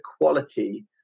quality